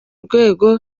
rwego